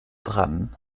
dran